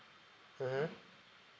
mmhmm